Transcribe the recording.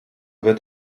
wird